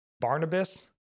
Barnabas